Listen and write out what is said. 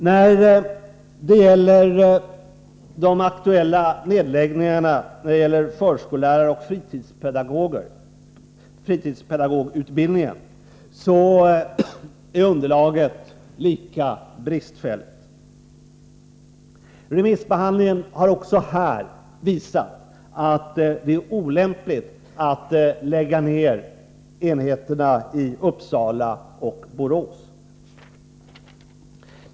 Underlaget är lika bristfälligt när det gäller de aktuella nedläggningarna av förskolläraroch fritidspedagoglinjerna. Remissbehandlingen har också här visat att det är olämpligt att lägga ner enheterna i Uppsala och Borås.